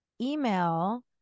email